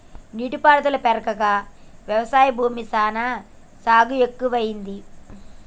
నీటి పారుదల పెరిగాక వ్యవసాయ భూమి సానా సాగు ఎక్కువైంది